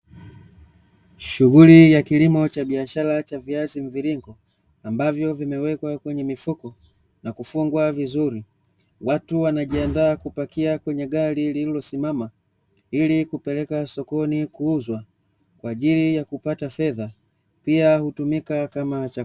Shughuli ya kilimo cha biashara cha viazi mviringo ambavyo vimewekwa kwenye mifuko na kufungwa vizuri. Watu wanajiandaa kupakia kwenye gari lililosimama ili kupeleka sokoni kuuzwa kwa ajili ya kupata fedha, pia hutumika kama chakula.